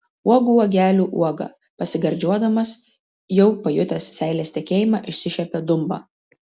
uogų uogelių uoga pasigardžiuodamas jau pajutęs seilės tekėjimą išsišiepė dumba